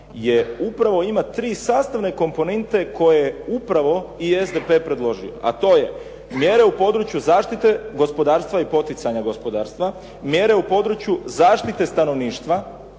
je upravo ima tri sastavne komponente koje upravo je i SDP predložio, a to je mjere u području zaštite gospodarstva i poticanja gospodarstva, mjere u području zaštite stanovništva